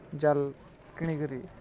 ଜାଲ୍ କିଣିକରି